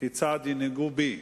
"כיצד ינהגו בי?"